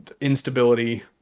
instability